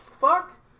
fuck